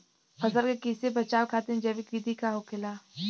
फसल के कियेसे बचाव खातिन जैविक विधि का होखेला?